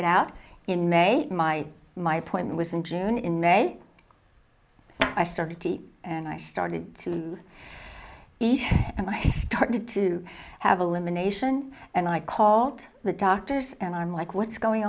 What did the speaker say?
it out in may my my point was in june in may i started and i started to each and i started to have a limb anation and i called the doctors and i'm like what's going